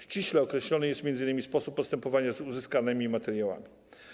Ściśle określony jest m.in. sposób postępowania z uzyskanymi materiałami.